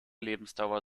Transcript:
lebensdauer